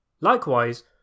Likewise